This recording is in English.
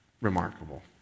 remarkable